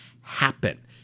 happen